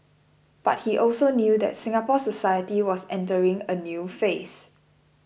but he also knew that Singapore society was entering a new phase